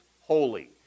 holy